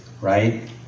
Right